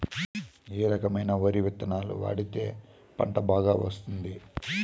ఏ రకమైన వరి విత్తనాలు వాడితే పంట బాగా వస్తుంది?